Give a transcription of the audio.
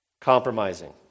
Compromising